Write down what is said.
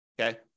Okay